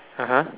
(uh huh)